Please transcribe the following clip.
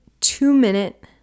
two-minute